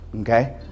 Okay